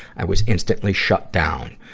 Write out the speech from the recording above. i was instantly shut down.